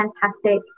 fantastic